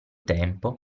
tempo